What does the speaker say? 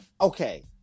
Okay